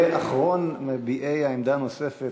ואחרון מביעי העמדה הנוספת,